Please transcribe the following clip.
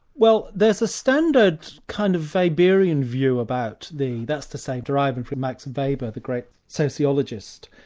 well there's a standard kind of weberian view about the. that's to say deriving from max and weber, the great sociologist,